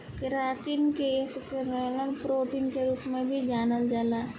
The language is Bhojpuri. केरातिन के स्क्लेरल प्रोटीन के रूप में भी जानल जाला